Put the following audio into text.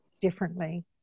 differently